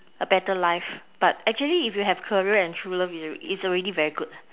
a better life but actually if you have career and true love it's already it's already very good